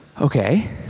Okay